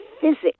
physics